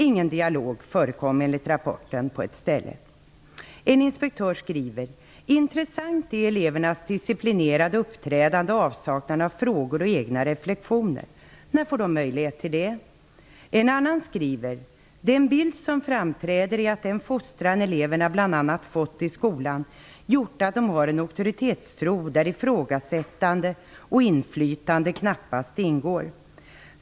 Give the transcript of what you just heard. Ingen dialog förekom, enligt rapporten, i en skola. En inspektör skriver: Intressant är elevernas disciplinerade uppträdande och avsaknaden av frågor och egna reflexioner. När får de möjlighet till det? En annan skriver: Den bild som framträder är att den fostran eleverna bl.a. fått i skolan gjort att de har en auktoritetstro, där ifrågasättande och inflytande knappast ingår.